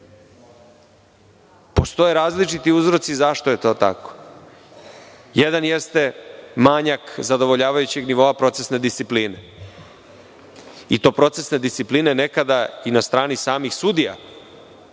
različiti uzroci zašto je to tako. Jedan jeste manjak zadovoljavajućeg nivoa procesne discipline, i to procesne discipline nekada i na strani samih sudija